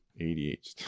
ADHD